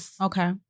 Okay